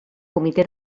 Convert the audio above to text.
comitè